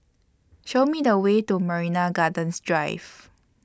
Show Me The Way to Marina Gardens Drive